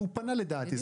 והוא פנה לדעתי,